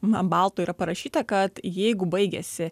ant balto yra parašyta kad jeigu baigiasi